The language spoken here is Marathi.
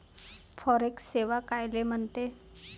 फॉरेक्स सेवा कायले म्हनते?